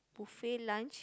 buffet lunch